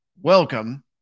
welcome